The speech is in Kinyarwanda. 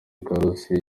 karusisi